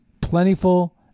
plentiful